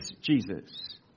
Jesus